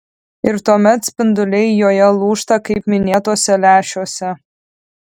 ir tuomet spinduliai joje lūžta kaip minėtuose lęšiuose